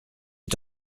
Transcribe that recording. est